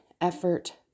effort